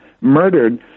murdered